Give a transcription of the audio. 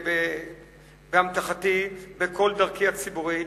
באמתחתי בכל דרכי הציבורית,